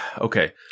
Okay